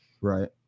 Right